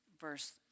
verse